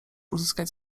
uzyskać